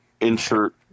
insert